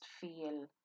feel